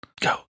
Go